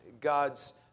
God's